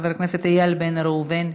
חבר הכנסת איל בן ראובן,